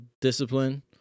discipline